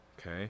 okay